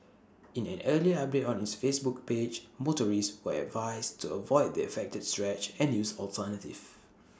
in an earlier update on its Facebook page motorists were advised to avoid the affected stretch and use alternatives